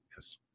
yes